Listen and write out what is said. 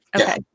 Okay